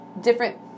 different